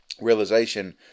realization